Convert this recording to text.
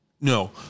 no